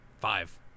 Five